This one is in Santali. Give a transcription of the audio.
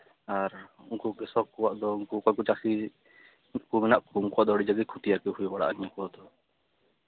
ᱟᱨ ᱩᱱᱠᱩ ᱠᱨᱤᱥᱚᱠ ᱠᱚᱣᱟᱜ ᱫᱚ ᱩᱱᱠᱩ ᱚᱠᱚᱭ ᱠᱚ ᱪᱟᱹᱥᱤ ᱩᱱᱠᱩ ᱢᱮᱱᱟᱜ ᱠᱚ ᱩᱱᱠᱩᱣᱟᱜ ᱫᱚ ᱟᱹᱰᱤ ᱡᱟᱹᱥᱛᱤ ᱠᱷᱚᱛᱤ ᱟᱨᱠᱤ ᱦᱩᱭ ᱵᱟᱹᱲᱟᱜᱼᱟ ᱱᱩᱠᱩ ᱟᱜ ᱫᱚ